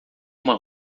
uma